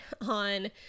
on